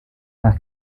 nach